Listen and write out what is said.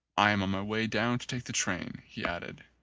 i am on my way down to take the train, he added.